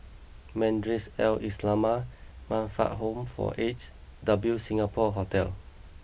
Madrasah Al Maarif Ai Islamiah Man Fatt Lam Home for Aged and W Singapore Hotel